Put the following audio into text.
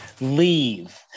Leave